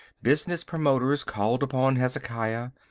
business promoters called upon hezekiah.